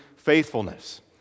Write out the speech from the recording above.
faithfulness